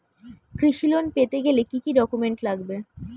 কৃষি লোন পেতে গেলে কি কি ডকুমেন্ট লাগবে?